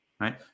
right